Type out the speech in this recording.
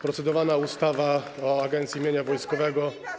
Procedowana ustawa o Agencji Mienia Wojskowego.